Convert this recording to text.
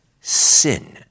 Sin